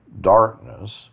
darkness